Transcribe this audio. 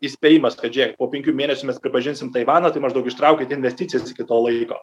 įspėjimas kad žiūrėk po penkių mėnesių mes pripažinsim taivaną tai maždaug ištraukit investicijas iki to laiko